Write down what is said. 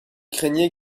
craignait